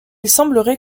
semblerait